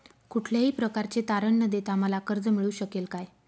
कुठल्याही प्रकारचे तारण न देता मला कर्ज मिळू शकेल काय?